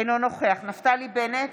אינו נוכח נפתלי בנט,